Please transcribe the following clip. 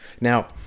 Now